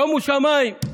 שומו שמיים.